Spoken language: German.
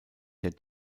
der